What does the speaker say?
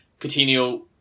Coutinho